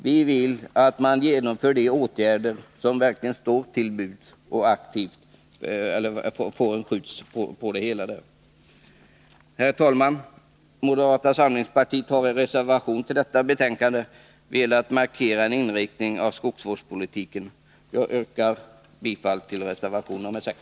Vi vill att man genomför de åtgärder som står till buds, så att man verkligen får en skjuts på det hela. Fru talman! Moderata samlingspartiet har i en reservation till detta betänkande velat markera sin syn på inriktningen av skogsvårdspolitiken. Jag yrkar bifall till reservation nr 6.